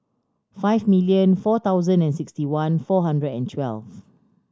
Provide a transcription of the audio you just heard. five million four thousand and sixty one four hundred and twelve